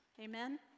amen